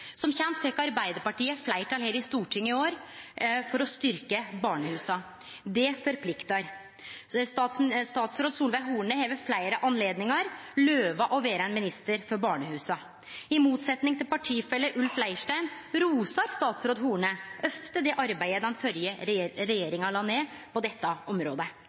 Som kjent fekk Arbeidarpartiet fleirtal her i Stortinget i år for å styrkje barnehusa – det forpliktar. Statsråd Solveig Horne har ved fleire anledningar lova å vere ein minister for barnehusa. I motsetnad til partifelle Ulf Leirstein rosar statsråd Horne ofte det arbeidet den førre regjeringa la ned på dette området.